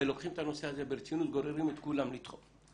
ולוקחים את הנושא הזה ברצינות וגוררים את כולם לדחוף אותו.